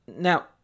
Now